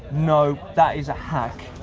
no, that is a hack.